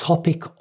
topic